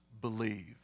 believe